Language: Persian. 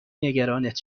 نگرانت